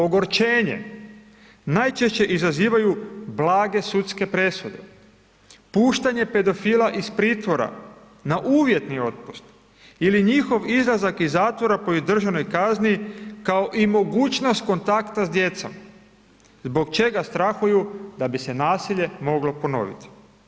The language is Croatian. Ogorčenje najčešće izazivaju blage sudske presude, puštanje pedofila iz pritvora na uvjetni otpust ili njihov izlazak iz zatvora po izdržanoj kazni kao i mogućnost kontakta s djecom zbog čega strahuju da bi se nasilje moglo ponoviti.